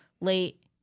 late